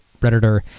redditor